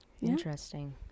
Interesting